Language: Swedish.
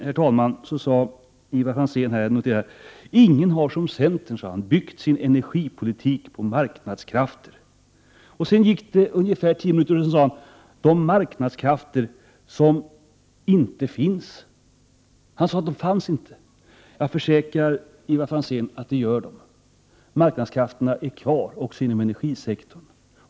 Jag har noterat att Ivar Franzén sade: Ingen har som centern byggt sin energipolitik på marknadskrafter. Sedan gick det ungefär tio minuter och då sade han: de marknadskrafter som inte finns. Han sade att de inte fanns. Jag försäkrar Ivar Franzén att de finns. Marknadskrafterna är kvar också inom energisektorn.